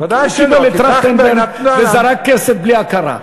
הוא קיבל את טרכטנברג וזרק כסף בלי הכרה.